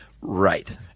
Right